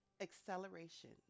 acceleration